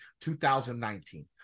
2019